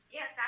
Yes